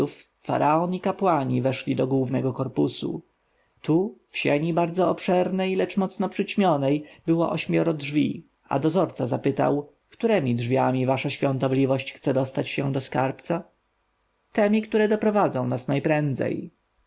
faraon i kapłani weszli do głównego korpusu tu w sieni bardzo obszernej lecz nieco przyćmionej było ośmioro drzwi a dozorca zapytał któremi drzwiami wasza świątobliwość chce dostać się do skarbca temi które doprowadzą nas najprędzej